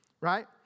right